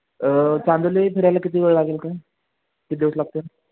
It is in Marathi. चांदोली फिरायला किती वेळ लागेल काय किती दिवस लागतील